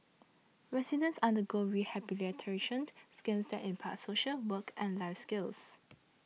residents undergo rehabilitation schemes that impart social work and life skills